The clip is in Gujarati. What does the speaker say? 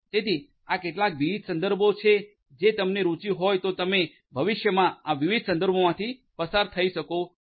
તેથી આ કેટલાક વિવિધ સંદર્ભો છે જો તમને રુચિ હોય તો તમે ભવિષ્યમાં આ વિવિધ સંદર્ભોમાંથી પસાર થઈ શકો છો